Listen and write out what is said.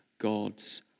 God's